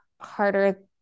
harder